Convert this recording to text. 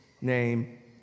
name